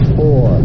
four